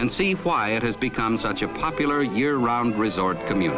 and see why it has become such a popular year round resort